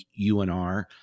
UNR